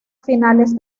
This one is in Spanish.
finales